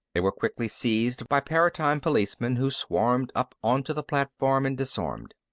they were quickly seized by paratime policemen who swarmed up onto the platform and disarmed.